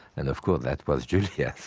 and of course that was julia